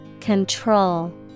Control